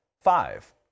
five